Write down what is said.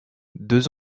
deux